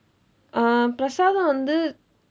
uh பிரசாதம் வந்து:pirasaatham vandthu